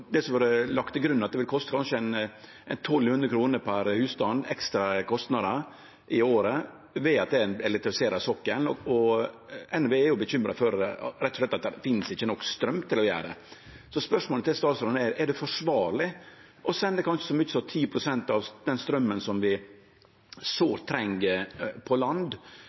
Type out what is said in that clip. at det i året kanskje vil koste 1 200 kr per husstand i ekstra kostnader å elektrifisere sokkelen. NVE er bekymra, rett og slett for at det ikkje finst nok straum til å gjere det. Spørsmålet til statsråden er: Er det forsvarleg å sende ut kanskje så mykje som 10 pst. av den straumen som vi sårt treng på land,